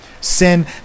Sin